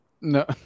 No